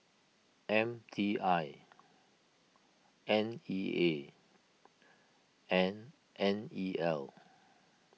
M T I N E A and N E L